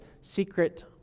secret